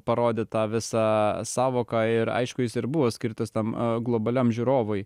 parodyta visa sąvoka ir aišku jis ir buvo skirtas tam globaliam žiūrovui